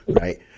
right